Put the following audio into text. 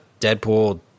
Deadpool